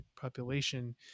population